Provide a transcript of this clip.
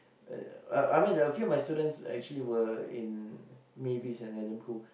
uh I I mean a few of my students were actually in Mavis and Adam-Khoo